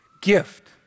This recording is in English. Gift